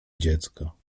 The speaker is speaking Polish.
dziecko